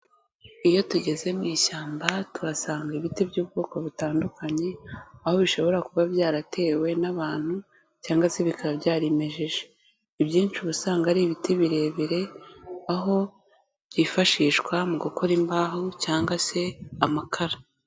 Iyo tugeze mu ishyamba tuhasanga ibiti by'ubwoko butandukanye, aho bishobora kuba byaratewe n'abantu cyangwa se bikaba byarimejeje, ibyinshi uba usanga ari ibiti birebire, aho byifashishwa mu gukora imbaho cyangwa se amakara.